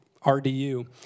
RDU